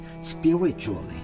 spiritually